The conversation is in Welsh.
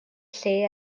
lle